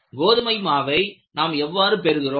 கோதுமை மாவை நாம் எவ்வாறு பெறுகிறோம்